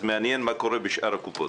מעניין מה קורה בשאר הקופות.